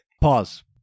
pause